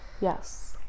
yes